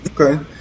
okay